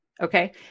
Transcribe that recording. Okay